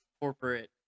corporate